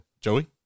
joey